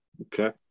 Okay